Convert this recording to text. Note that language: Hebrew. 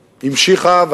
המשיכה,